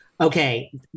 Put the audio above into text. Okay